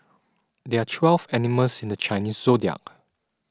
there are twelve animals in the Chinese zodiac